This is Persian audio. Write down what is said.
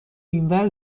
اینور